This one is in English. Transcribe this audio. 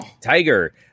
Tiger